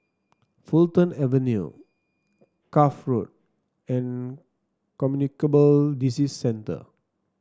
Fulton Avenue Cuff Road and Communicable Disease Centre